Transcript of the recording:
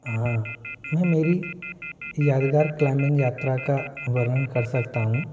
हाँ मैं मेरी यादगार क्लाइंबिंग यात्रा का वर्णन कर सकता हूँ